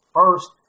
first